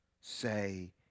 say